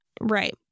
right